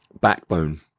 backbone